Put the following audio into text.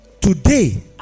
today